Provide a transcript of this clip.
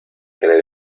creer